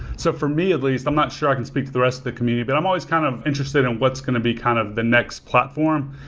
so for me, at least, i'm not sure i can speak to the rest of the community, but i'm always kind of interested in what's going to be kind of the next platform.